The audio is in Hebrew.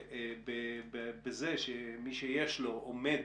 ובכך שמי שיש לו עומד